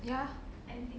ya